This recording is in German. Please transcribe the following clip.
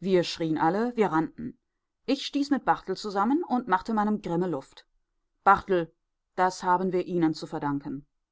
wir schrien alle wir rannten ich stieß mit barthel zusammen und machte meinem grimme luft barthel das haben wir ihnen zu verdanken